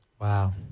Wow